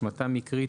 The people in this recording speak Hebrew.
השמטה מקרית,